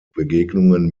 begegnungen